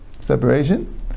separation